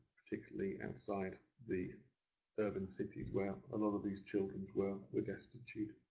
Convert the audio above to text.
particularly outside the urban cities where a lot of these children were were destitute.